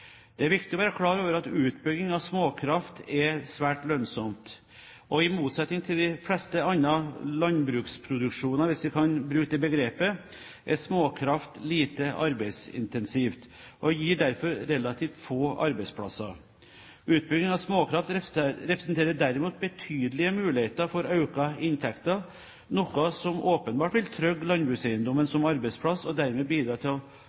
Det er viktig å være klar over at utbygging av småkraft er svært lønnsomt. I motsetning til de fleste andre landbruksproduksjoner – hvis vi kan bruke det begrepet – er småkraft lite arbeidsintensivt og gir derfor relativt få arbeidsplasser. Utbygging av småkraft representerer derimot betydelige muligheter for økte inntekter, noe som åpenbart vil trygge landbrukseiendommen som arbeidsplass og dermed bidra